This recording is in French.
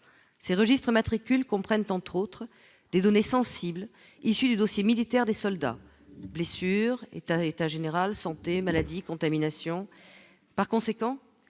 ces registres matricules comprennent entre autres des données sensibles issues du dossier militaire des soldats blessure est un état général Santé Maladie contamination, par conséquent,